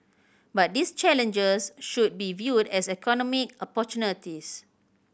but these challenges should be viewed as economic opportunities